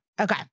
Okay